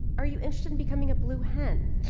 are you interested in becoming a blue hen